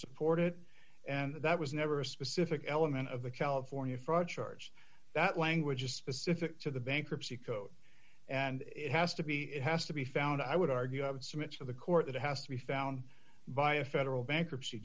support it and that was never a specific element of the california fraud charge that language is specific to the bankruptcy code and it has to be it has to be found i would argue have cements for the court that has to be found by a federal bankruptcy